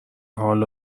حال